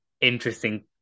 interesting